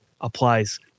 applies